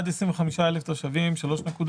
אמות המידה נקודות